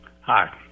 Hi